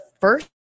first